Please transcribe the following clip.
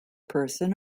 person